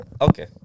okay